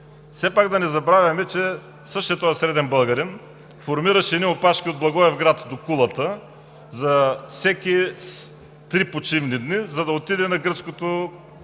Все пак да не забравяме, че същият този среден българин формираше едни опашки от Благоевград до Кулата за всеки три почивни дни, за да отиде на гръцкото